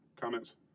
comments